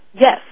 Yes